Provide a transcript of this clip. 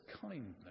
kindness